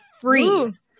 freeze